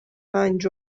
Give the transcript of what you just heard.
رنج